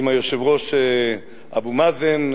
עם היושב-ראש אבו מאזן,